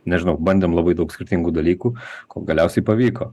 nežinau bandėm labai daug skirtingų dalykų kol galiausiai pavyko